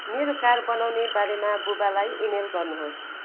मेरो कार बनाउने बारेमा बुबालाई इमेल गर्नुहोस्